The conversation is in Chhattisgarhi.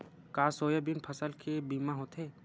का सोयाबीन फसल के बीमा होथे?